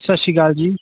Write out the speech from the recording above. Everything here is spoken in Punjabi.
ਸਤਿ ਸ਼੍ਰੀ ਅਕਾਲ ਜੀ